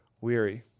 weary